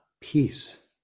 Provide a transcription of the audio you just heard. peace